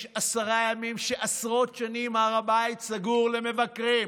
יש עשרה ימים שבהם עשרות שנים הר הבית סגור למבקרים,